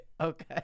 Okay